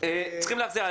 צריך להחזיר.